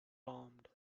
armed